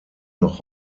noch